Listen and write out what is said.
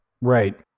Right